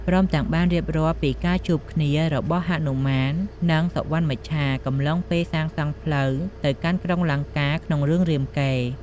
ព្រមទាំងបាន រៀបរាប់ពីការជួបគ្នារបស់ ហនុមាន និង សុវណ្ណមច្ឆា កំឡុងពេលសាងសង់ផ្លូវទៅកាន់ក្រុងលង្កាក្នុង រឿងរាមកេរ្តិ៍។